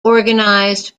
organized